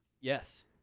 Yes